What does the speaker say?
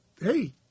Hey